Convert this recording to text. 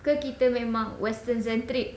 ke kita memang western centric